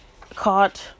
caught